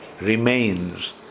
remains